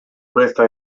questa